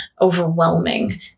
overwhelming